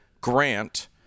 grant